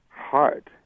Heart